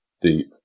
deep